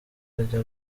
ajya